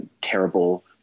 terrible